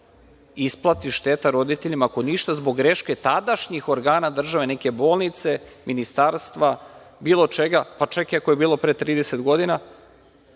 isplati šteta roditeljima, ako ništa, zbog greške tadašnjih organa države, neke bolnice, ministarstva, bilo čega, pa čak i ako je bilo pre 30 godina,